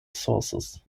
sources